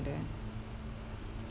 there